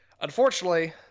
Unfortunately